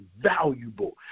valuable